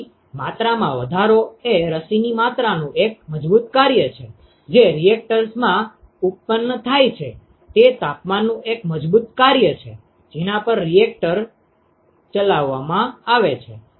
તેથી માત્રામાં વધારો એ રસીની માત્રાનું એક મજબૂત કાર્ય છે જે રિએક્ટરમાં ઉત્પન્ન થાય છે તે તાપમાનનું એક મજબૂત કાર્ય છે જેના પર રિએક્ટર ચલાવવામાં આવે છે